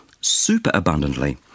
super-abundantly